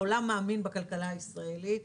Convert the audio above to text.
העולם מאמין בכלכלה הישראלית,